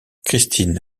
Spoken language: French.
christine